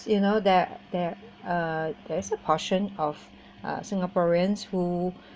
you know there there uh there's a portion of uh singaporeans who